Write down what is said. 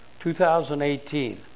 2018